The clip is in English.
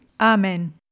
Amen